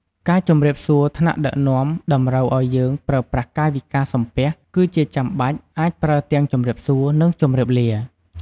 ការជម្រាបសួរថ្នាក់ដឹកនាំតម្រូវឱ្យយើងប្រើប្រាស់កាយវិការ សំពះ គឺជាចាំបាច់អាចប្រើទាំងជម្រាបសួរនិងជម្រាបលា។